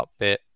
Upbit